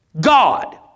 God